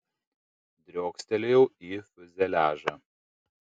driokstelėjau į fiuzeliažą